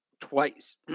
twice